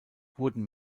wurden